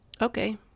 Okay